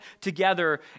together